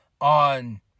on